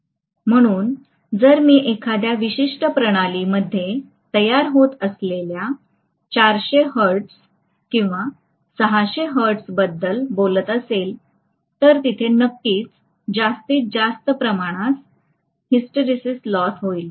म्हणून जर मी एखाद्या विशिष्ट प्रणालीमध्ये तयार होत असलेल्या 400 हर्ट्ज किंवा 600 हर्ट्झबद्दल बोलत असेल तर तिथे नक्कीच जास्तीत जास्त प्रमाणात हिस्टेरिसिस लॉस होईल